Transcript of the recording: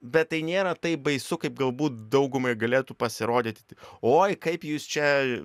bet tai nėra taip baisu kaip galbūt daugumai galėtų pasirodyt oi kaip jūs čia